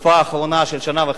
בתקופה האחרונה של שנה וחצי,